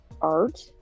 art